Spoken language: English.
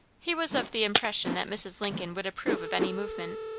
he was of the impression that mrs. lincoln would approve of any movement,